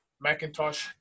Macintosh